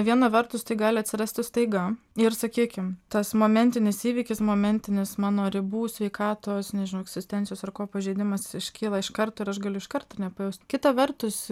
viena vertus tai gali atsirasti staiga ir sakykim tas momentinis įvykis momentinis mano ribų sveikatos nežinau egzistencijos ir ko pažinimas iškyla iš karto ir aš galiu iš karto nepajaust kita vertus